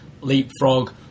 leapfrog